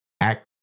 Act